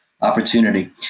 opportunity